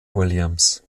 williams